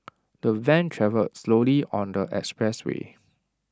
the van travelled slowly on the expressway